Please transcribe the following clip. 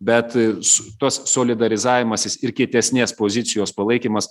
bet e su tas solidarizavimasis ir kietesnės pozicijos palaikymas